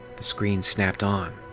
the screen snapped on.